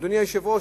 אדוני היושב-ראש,